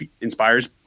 inspires